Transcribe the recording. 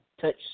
touch